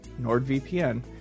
NordVPN